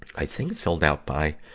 i think, filled out by,